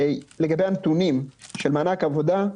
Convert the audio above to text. לגבי הנתונים של מענק עבודה,